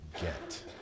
get